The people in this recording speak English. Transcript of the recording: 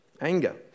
anger